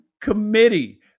committee